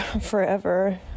forever